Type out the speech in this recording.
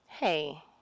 Hey